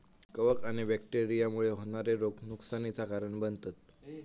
कवक आणि बैक्टेरिया मुळे होणारे रोग नुकसानीचा कारण बनतत